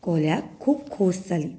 कोल्याक खूब खोस जाली